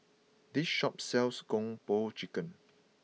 this shop sells Kung Po Chicken